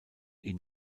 ihn